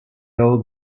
old